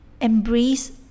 embrace